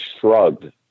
shrugged